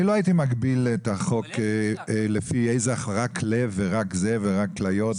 אני לא הייתי מגביל את החוק רק לפי לב או משהו אחר אלא אומר